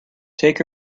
take